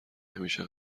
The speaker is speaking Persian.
همیشه